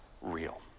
real